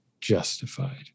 justified